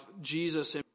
Jesus